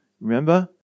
Remember